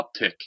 uptick